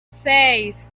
seis